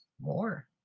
more